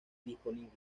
disponibles